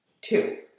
two